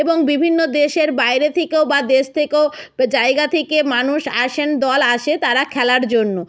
এবং বিভিন্ন দেশের বাইরে থেকেও বা দেশ থেকেও জায়গা থেকে মানুষ আসেন দল আসে তারা খেলার জন্য